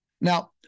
now